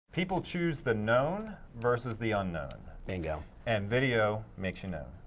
people choose the known versus the unknown. bingo. and video makes you known.